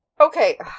okay